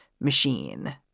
machine